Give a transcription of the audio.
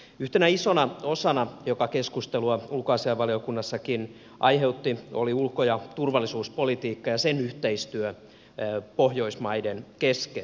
yhtenä isona osana joka keskustelua ulkoasiainvaliokunnassakin aiheutti oli ulko ja turvallisuuspolitiikka ja sen yhteistyö pohjoismaiden kesken